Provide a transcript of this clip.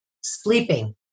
sleeping